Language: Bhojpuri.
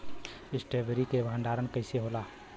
स्ट्रॉबेरी के भंडारन कइसे होला?